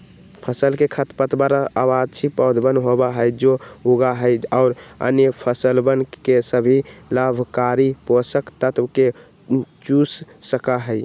फसल के खरपतवार अवांछित पौधवन होबा हई जो उगा हई और अन्य फसलवन के सभी लाभकारी पोषक तत्व के चूस सका हई